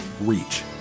reach